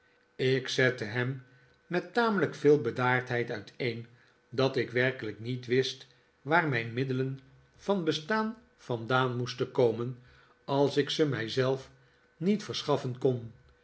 ik zette hem met tamelijk veel bedaardheid uiteen dat ik werkelijk niet wist waar mijn middelen van bestaan vandaan moesten komen als ik ze mij zelf niet verschaffen kon